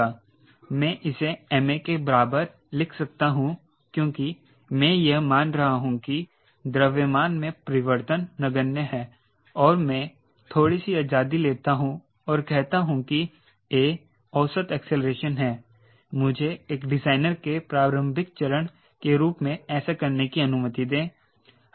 मैं इसे ma के बराबर लिख सकता हूं क्योंकि मैं यह मान रहा हूं कि द्रव्यमान में परिवर्तन नगण्य है और मैं थोड़ी सी आजादी लेता हूं और कहता हूं की a औसत एक्सेलरेशन है मुझे एक डिजाइनर के प्रारंभिक चरण के रूप में ऐसा करने की अनुमति दें